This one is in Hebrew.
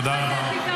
תודה רבה.